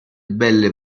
belle